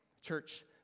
Church